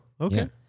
okay